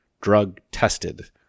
Drug-tested